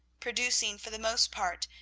producing, for the most part,